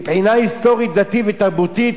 מבחינה היסטורית דתית ותרבותית,